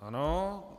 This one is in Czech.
Ano.